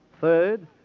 Third